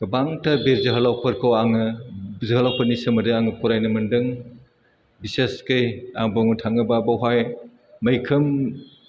गोबांथार बे जोहोलावफोरखौ आङो जोहोलावफोरनि सोमोन्दै आङो फरायनो मोनदों बिसोसखै आं बुंनो थाङोबा बावहाय मैखोम